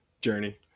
Journey